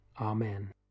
Amen